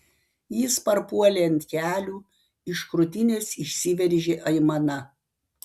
jis parpuolė ant kelių iš krūtinės išsiveržė aimana